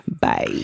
bye